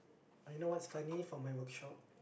oh you know what's funny for my workshop